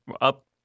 up